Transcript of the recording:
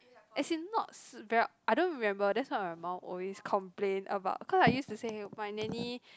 as in not s~ ver~ I don't remember that's why my mum always complain about because I used to say my nanny